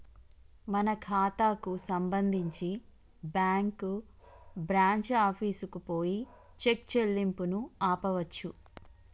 మన ఖాతాకు సంబంధించి బ్యాంకు బ్రాంచి ఆఫీసుకు పోయి చెక్ చెల్లింపును ఆపవచ్చు